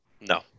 No